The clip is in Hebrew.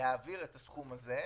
הראשון הוא הצעת חוק יסוד: